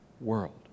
world